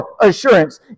assurance